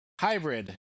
hybrid